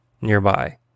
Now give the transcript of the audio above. nearby